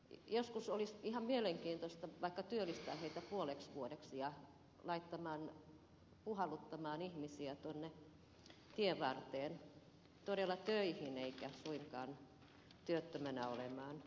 joskus olisi ihan mielenkiintoista vaikka työllistää heitä puoleksi vuodeksi puhalluttamaan ihmisiä tuonne tienvarteen todella töihin eikä suinkaan työttömänä olemaan